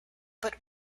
but